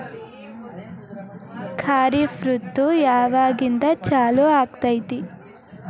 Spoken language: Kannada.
ಖಾರಿಫ್ ಋತು ಯಾವಾಗಿಂದ ಚಾಲು ಆಗ್ತೈತಿ?